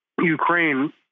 Ukraine